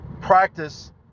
practice